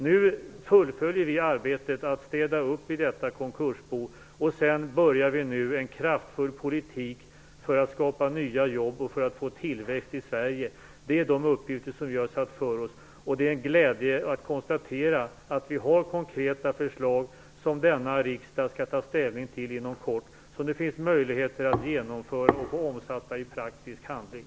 Nu fullföljer vi arbetet med att städa upp i detta konkursbo, och sedan börjar vi driva en kraftfull politik för att skapa nya jobb och för att få tillväxt i Sverige. Det är de uppgifter som vi har föresatt oss, och det är en glädje att konstatera att vi har konkreta förslag, som denna riksdag skall ta ställning till inom kort och som det finns möjligheter att genomföra och omsätta i praktisk handling.